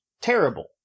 terrible